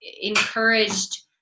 encouraged